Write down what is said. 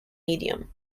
medium